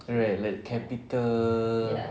right like capital